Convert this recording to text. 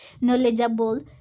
knowledgeable